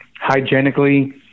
hygienically